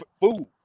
food